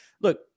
Look